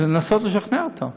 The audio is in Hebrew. לנסות לשכנע אותם: